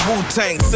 Wu-Tang